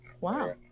Wow